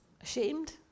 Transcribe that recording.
Ashamed